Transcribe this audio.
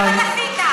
למה דחית?